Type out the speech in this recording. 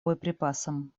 боеприпасам